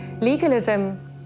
Legalism